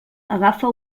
agafa